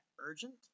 urgent